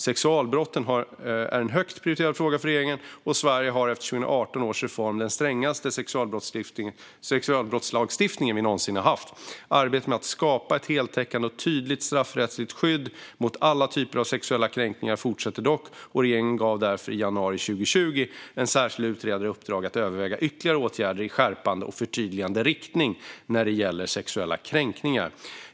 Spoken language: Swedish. Sexualbrotten är en högt prioriterad fråga för regeringen, och Sverige har efter 2018 års reform den strängaste sexualbrottslagstiftning vi någonsin har haft. Arbetet med att skapa ett heltäckande och tydligt straffrättsligt skydd mot alla typer av sexuella kränkningar fortsätter dock, och regeringen gav därför i januari 2020 en särskild utredare i uppdrag att överväga ytterligare åtgärder i skärpande och förtydligande riktning när det gäller sexuella kränkningar.